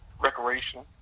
recreation